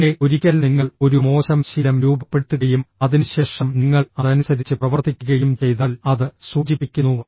മകനേ ഒരിക്കൽ നിങ്ങൾ ഒരു മോശം ശീലം രൂപപ്പെടുത്തുകയും അതിനുശേഷം നിങ്ങൾ അതനുസരിച്ച് പ്രവർത്തിക്കുകയും ചെയ്താൽ അത് സൂചിപ്പിക്കുന്നു